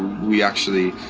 we actually,